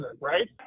right